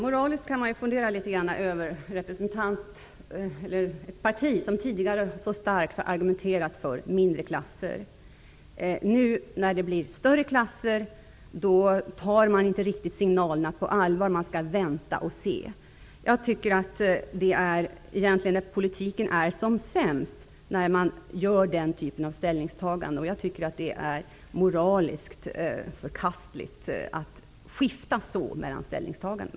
Fru talman! Man kan fundera kring moralen när det gäller ett parti som tidigare så starkt har argumenterat för mindre klasser. Nu när klasserna blir större, då tar man inte signalerna på allvar. Man skall vänta och se. Jag tycker att det är politik när den är som sämst, att man gör den typen av ställningstaganden. Det är moraliskt förkastligt att skifta så mellan ställningstagandena.